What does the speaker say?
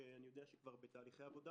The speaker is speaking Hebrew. שאני יודע שכבר נמצאים בתהליכי עבודה